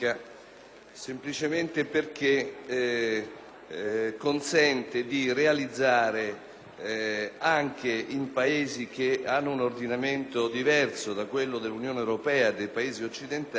semplicemente perché consente di realizzare, anche in Paesi che hanno un ordinamento diverso da quello dell'Unione europea e dei Paesi occidentali,